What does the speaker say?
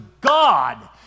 God